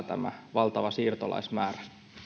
tämä valtava siirtolaismäärä